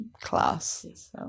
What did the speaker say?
class